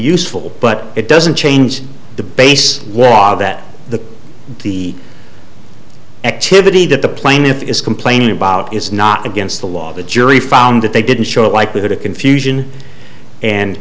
useful but it doesn't change the base that the the activity that the plaintiff it is complaining about is not against the law the jury found that they didn't show likelihood of confusion and